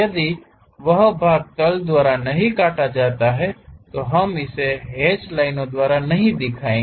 यदि वह भाग तल द्वारा नहीं काटा जाता है तो हम इसे हैच लाइनों द्वारा नहीं दिखाएंगे